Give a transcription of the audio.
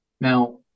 Now